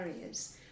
areas